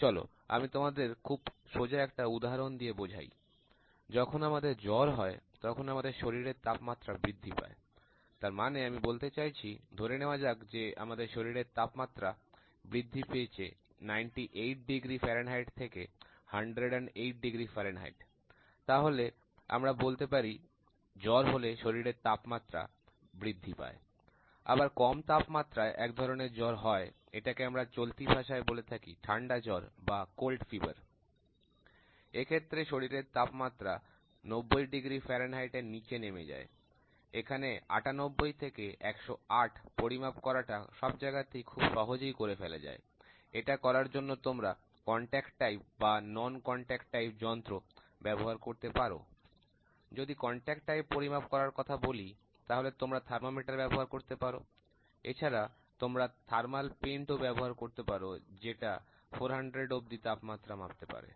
চলো আমি তোমাদের একটা খুব সোজা উদাহরণ দিয়ে বোঝাই যখনই আমাদের জ্বর হয় তখন আমাদের শরীরের তাপমাত্রা বৃদ্ধি পায় তার মানে আমি বলতে চাইছি ধরে নেওয়া যাক যে আমাদের শরীরের তাপমাত্রা বৃদ্ধি পেয়েছে 98 ডিগ্রি ফারেনহাইট থেকে 108 ডিগ্রি ফারেনহাইট তাহলে আমরা বলতে পারি জ্বর হলে শরীরের তাপমাত্রা বৃদ্ধি পায়আবার কম তাপমাত্রায় এক ধরনের জ্বর হয় এটাকে আমরা চলতি ভাষায় বলে থাকি ঠান্ডা জ্বর এক্ষেত্রে শরীরের তাপমাত্রা 90 ডিগ্রি ফারেনহাইট এর নিচে নেমে যায় এখানে 98 থেকে 108 পরিমাপ করার টা সব জায়গাতেই খুব সহজেই করে ফেলা যায় এটা করার জন্য তোমরা স্পর্শ ধরণ বা বিনা স্পর্শ ধরণ যন্ত্র ব্যবহার করতে পারো যদি স্পর্শ ধরণ পরিমাপ করার কথা বলি তাহলে তোমরা থার্মোমিটার ব্যবহার করতে পারো এছাড়া তোমরা তাপীয় রং ও ব্যাবহার করতে পারো যেটা 400 অব্দি তাপমাত্রা মাপতে পারো